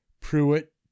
Pruitt